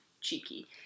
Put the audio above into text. cheeky